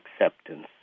acceptance